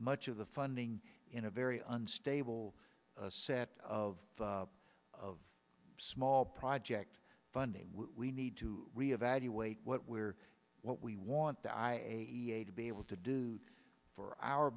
much of the funding in a very unstable set of of small project funding we need to re evaluate what we're what we want the i a e a to be able to do for our